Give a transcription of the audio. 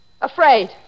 Afraid